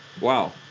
Wow